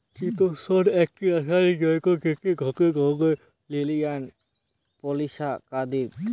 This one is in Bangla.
চিতোষণ একটি রাসায়নিক যৌগ্য যেটি গটে ধরণের লিনিয়ার পলিসাকারীদ